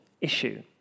issue